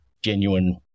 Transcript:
genuine